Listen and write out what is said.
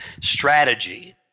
strategy